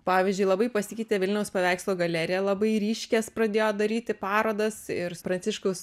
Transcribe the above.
pavyzdžiui labai pasikeitė vilniaus paveikslo galerija labai ryškias pradėjo daryti parodas ir pranciškaus